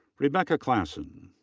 rebecca claassen.